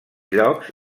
llocs